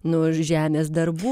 nu žemės darbų